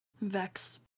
vex